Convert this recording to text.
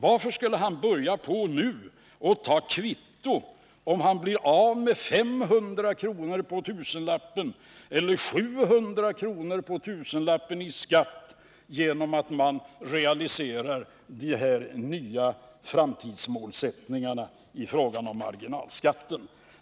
Varför skulle han börja att nu ta kvitto, om han då blir av med 500 kr. på tusenlappen eller 700 på tusenlappen i skatt genom att man realiserar de här nya framtidsmålsättningarna i fråga om marginalskatten?